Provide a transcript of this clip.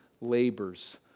labors